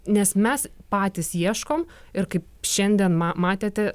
nes mes patys ieškom ir kaip šiandien matėte